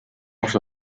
not